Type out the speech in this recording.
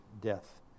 death